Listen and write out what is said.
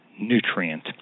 nutrient